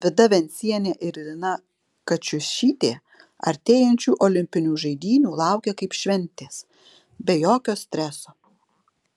vida vencienė ir lina kačiušytė artėjančių olimpinių žaidynių laukia kaip šventės be jokio streso